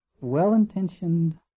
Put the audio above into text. well-intentioned